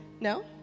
No